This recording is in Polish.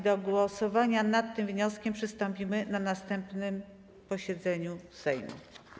Do głosowania nad tym wnioskiem przystąpimy na następnym posiedzeniu Sejmu.